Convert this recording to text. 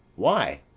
why,